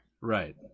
Right